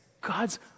God's